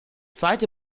zweite